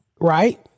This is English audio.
right